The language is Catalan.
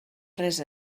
res